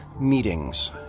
meetings